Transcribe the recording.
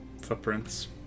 footprints